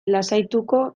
lasaituko